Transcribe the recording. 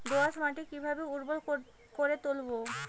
দোয়াস মাটি কিভাবে উর্বর করে তুলবো?